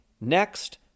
Next